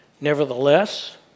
Nevertheless